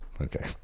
Okay